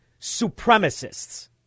supremacists